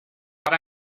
but